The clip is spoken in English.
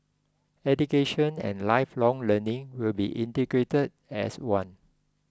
education and lifelong learning will be integrated as one